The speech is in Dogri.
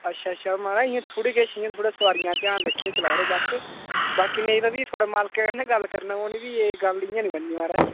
अच्छा अच्छा महाराज इ'यां थोह्ड़ी किश इ'यां थोह्ड़ा इयां सवारियां ध्यान रक्खियै चला करो बस बाकी नेईं तां फ्ही थोह्ड़े मालकै कन्नै गल्ल करना पौनी फ्ही एह् गल्ल इ'यां नीं बन नी महाराज